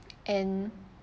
and